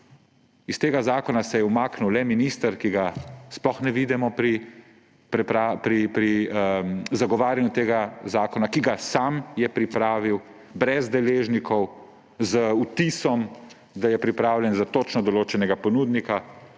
iz tega zakona se je umaknil le minister, ki ga sploh ne vidimo pri zagovarjanju tega zakona, ki ga je sam pripravil brez deležnikov; z vtisom, da je pripravljen za točno določenega ponudnika,